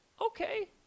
okay